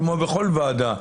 כמו בכל ועדה,